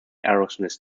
aerosmith